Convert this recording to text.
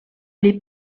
les